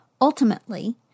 Ultimately